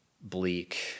bleak